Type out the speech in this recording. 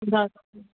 ਬਸ